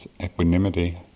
equanimity